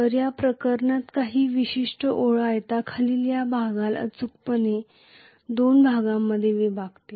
तर या प्रकरणात ही विशिष्ट ओळ आयताखालील या भागाला अचूकपणे दोन भागांमध्ये विभागते